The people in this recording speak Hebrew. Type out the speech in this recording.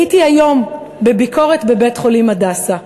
הייתי היום בביקורת בבית-החולים "הדסה",